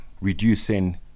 reducing